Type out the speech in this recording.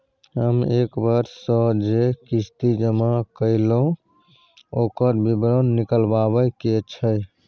हम एक वर्ष स जे किस्ती जमा कैलौ, ओकर विवरण निकलवाबे के छै?